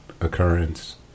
occurrence